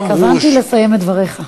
התכוונתי לסיים את דבריך.